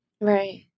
Right